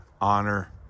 honor